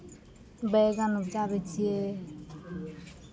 बैगन उपजाबै छियै